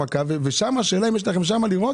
השאלה אם יש לכם אפשרות לראות